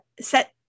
set